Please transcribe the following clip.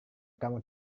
kamu